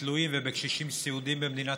באנשים תלויים ובקשישים סיעודיים במדינת